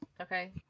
Okay